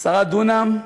10 דונם,